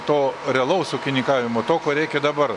to realaus ūkininkavimo to ko reikia dabar